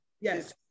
yes